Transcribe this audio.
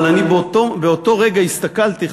אבל אני באותו רגע הסתכלתי,